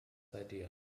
idea